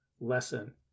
lesson